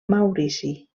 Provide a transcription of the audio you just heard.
maurici